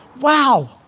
Wow